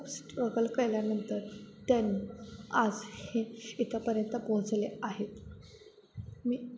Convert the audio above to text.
खूप स्ट्रगल केल्यानंतर त्यांनी आज हे इथंपर्यंत पोहोचले आहेत मी